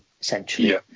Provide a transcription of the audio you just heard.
essentially